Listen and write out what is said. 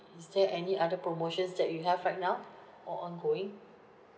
is there any other promotions that you have right now or ongoing